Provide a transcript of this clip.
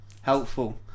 helpful